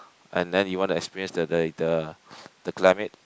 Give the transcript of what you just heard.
and then you want to experience the the the climate